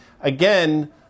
Again